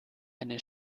eine